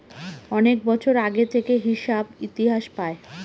অনেক বছর আগে থেকে হিসাব ইতিহাস পায়